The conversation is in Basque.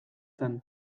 zen